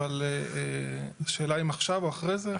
אבל השאלה אם עכשיו או אחרי זה?